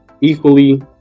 Equally